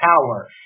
power